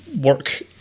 work